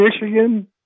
Michigan